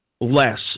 less